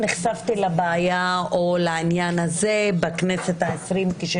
נחשפתי לבעיה או לעניין הזה בכנסת ה-20 כאשר